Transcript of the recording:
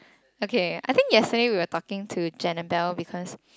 okay I think yesterday we were talking to Janabelle because